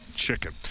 chicken